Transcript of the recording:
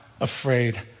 afraid